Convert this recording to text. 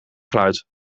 geluid